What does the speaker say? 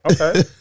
Okay